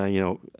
ah you know,